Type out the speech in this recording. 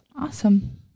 Awesome